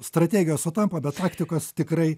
strategijos sutampa bet taktikos tikrai